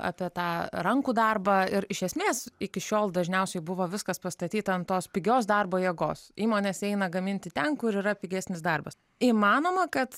apie tą rankų darbą ir iš esmės iki šiol dažniausiai buvo viskas pastatyta ant tos pigios darbo jėgos įmonės eina gaminti ten kur yra pigesnis darbas įmanoma kad